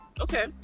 Okay